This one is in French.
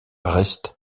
restent